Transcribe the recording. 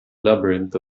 labyrinth